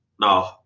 No